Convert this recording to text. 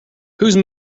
whose